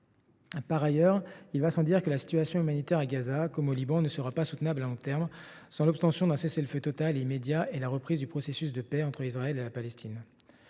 par ailleurs sans dire que la situation humanitaire à Gaza comme au Liban ne sera pas soutenable à long terme sans l’obtention d’un cessez le feu total et immédiat et la reprise du processus de paix entre Israël et la Palestine.